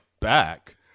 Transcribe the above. back